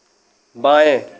बाएं